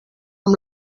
amb